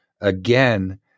Again